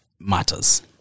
matters